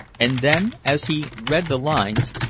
and then, as he read the lines,